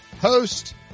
host